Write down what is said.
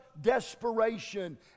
desperation